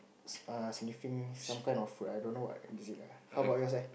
err sniffing some kind of I don't know what is it lah how about yours leh